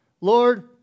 Lord